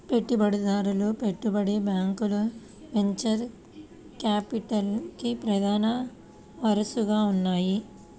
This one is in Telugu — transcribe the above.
పెట్టుబడిదారులు, పెట్టుబడి బ్యాంకులు వెంచర్ క్యాపిటల్కి ప్రధాన వనరుగా ఉన్నాయి